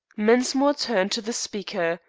mensmore turned to the speaker.